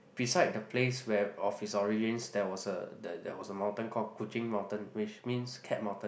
beside the place where of it's origins there was a the there was a mountain call Kuching Mountain which means cat mountain